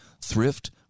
thrift